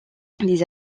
les